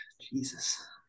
Jesus